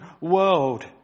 world